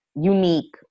unique